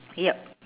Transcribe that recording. yup